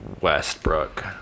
Westbrook